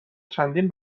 چندین